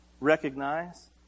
recognize